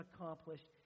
accomplished